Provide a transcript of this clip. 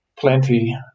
plenty